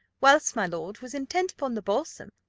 whilst my lord was intent upon the balsam,